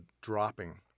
dropping